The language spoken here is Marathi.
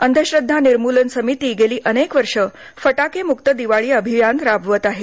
अंधश्रद्धा निर्मूलन समिती गेली अनेक वर्षे फटाकेमुक्त दिवाळी अभियान राबवत आहे